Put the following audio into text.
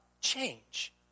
change